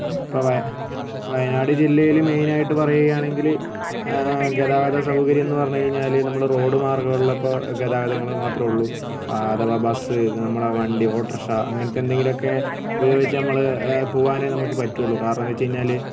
ഇപ്പം വ വയനാട് ജില്ലയിൽ മെയിൻ ആയിട്ട് പറയുകയാണെങ്കിൽ ഗതാഗത സൗകര്യം എന്ന് പറഞ്ഞുകഴിഞ്ഞാൽ നമ്മൾ റോഡ് മാർഗം ഉള്ളപ്പോൾ ഗതാഗതങ്ങൾ മാത്രം ഉള്ളൂ അഥവാ ബസ്സ് നമ്മുടെ വണ്ടി ഓട്ടോറിക്ഷ അങ്ങനത്തെ എന്തെങ്കിലുമൊക്കെ ഉപയോഗിച്ച് നമ്മൾ പോവാനേ നമുക്ക് പറ്റുള്ളൂ കാരണം എന്ന് വെച്ച് കഴിഞ്ഞാൽ